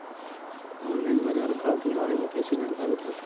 Online बाजार भाव के बारे मे कैसे जानकारी ली?